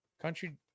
country